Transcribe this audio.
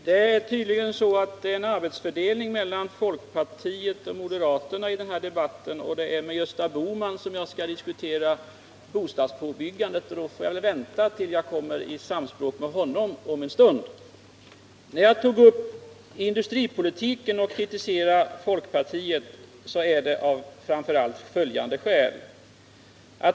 Herr talman! Det finns tydligen en arbetsfördelning mellan folkpartiet och moderaterna i den här debatten som innebär att det är med Gösta Bohman jag skall diskutera bostadsbyggandet. Då får jag väl vänta tills jag kommer i samspråk med honom om en stund. När jag tog upp industripolitiken och kritiserade folkpartiet var det av framför allt följande skäl.